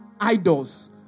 idols